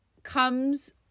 comes